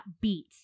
beat